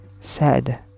sad